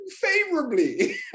favorably